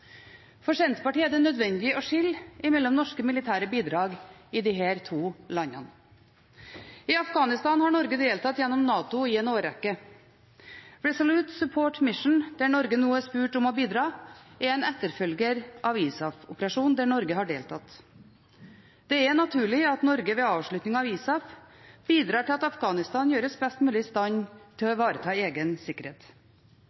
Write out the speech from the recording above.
For Senterpartiet er det nødvendig å skille mellom norske militære bidrag i disse to landene. I Afghanistan har Norge deltatt gjennom NATO i en årrekke. Resolute Support Mission, der Norge nå er spurt om å bidra, er en etterfølger av ISAF-operasjonen, der Norge har deltatt. Det er naturlig at Norge ved avslutningen av ISAF bidrar til at Afghanistan gjøres best mulig i stand til å